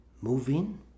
moving